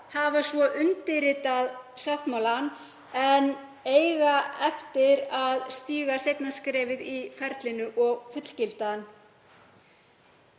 hafa svo undirritað sáttmálann en eiga eftir að stíga seinna skrefið í ferlinu og fullgilda